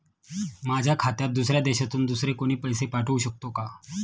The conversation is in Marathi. माझ्या खात्यात दुसऱ्या देशातून दुसरे कोणी पैसे पाठवू शकतो का?